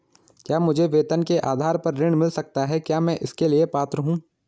क्या मुझे वेतन के आधार पर ऋण मिल सकता है क्या मैं इसके लिए पात्र हूँ?